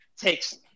takes